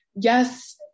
yes